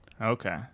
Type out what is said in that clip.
Okay